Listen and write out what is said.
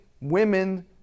women